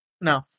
No